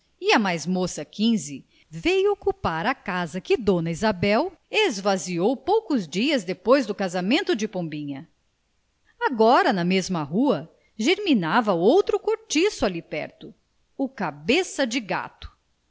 e a mais moça quinze veio ocupar a casa que dona isabel esvaziou poucos dias depois do casamento de pombinha agora na mesma rua germinava outro cortiço ali perto o cabeça de gato figurava como